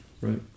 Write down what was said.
Right